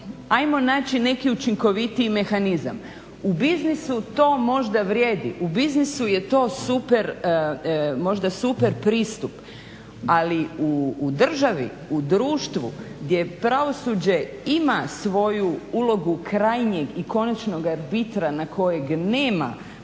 ajmo naći neki učinkovitiji mehanizam. U biznisu to možda vrijedi, u biznisu je to možda super pristup ali u državi, u društvu gdje pravosuđe ima svoju ulogu krajnjeg i konačnog arbitra na kojeg nema